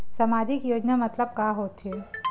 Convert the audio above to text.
सामजिक योजना मतलब का होथे?